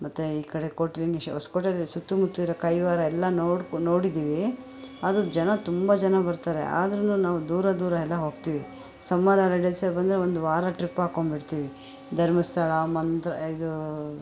ಮತ್ತೆ ಈ ಕಡೆ ಕೋಟಿಲಿಂಗೇಶ್ವರ ಕೋಟಿಲಿಂಗೇ ಸುತ್ತುಮುತ್ತು ಇರೋ ಕೈವಾರ ಎಲ್ಲ ನೋಡ್ಕೊಂಡು ನೋಡಿದ್ದೀವಿ ಅದು ಜನ ತುಂಬ ಜನ ಬರ್ತಾರೆ ಆದರೂನು ನಾವು ದೂರ ದೂರ ಎಲ್ಲ ಹೋಗ್ತೀವಿ ಸಮ್ಮರ್ ಹಾಲಿಡೇಸ್ ಬಂದರೆ ಒಂದು ವಾರ ಟ್ರಿಪ್ ಹಾಕ್ಕೊಂಡ್ಬಿಡ್ತೀವಿ ಧರ್ಮಸ್ಥಳ ಮಂತ್ರ ಇದು